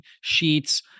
sheets